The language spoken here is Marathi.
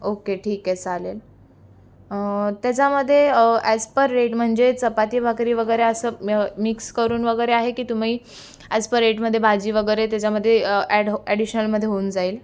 ओके ठीक आहे चालेल त्याच्यामध्ये ॲज पर रेट म्हणजे चपाती भाकरी वगैरे असं म मिक्स करून वगैरे आहे की तुम्ही ॲज पर रेटमध्ये भाजी वगैरे त्याच्यामध्ये ॲड ॲडिशनलमध्ये होऊन जाईल